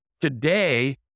Today